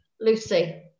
Lucy